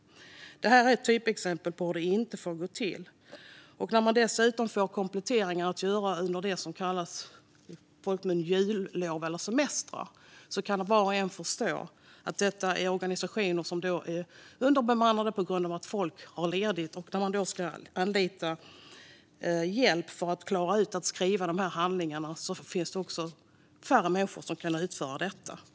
Det här är ett typexempel på hur det inte får gå till. När man dessutom får kompletteringar att göra under det som i folkmun kallas jullov eller semestrar kan var och en förstå att detta är organisationer som är underbemannade på grund av att folk har ledigt. När man då ska anlita hjälp för att klara av att skriva dessa handlingar finns det färre människor som kan utföra detta.